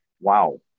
wow